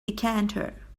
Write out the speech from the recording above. decanter